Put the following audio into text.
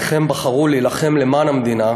בניכם בחרו להילחם למען המדינה